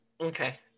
Okay